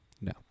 No